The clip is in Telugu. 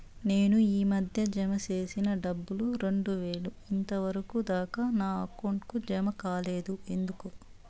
నేను ఈ మధ్య జామ సేసిన డబ్బులు రెండు వేలు ఇంతవరకు దాకా నా అకౌంట్ కు జామ కాలేదు ఎందుకు?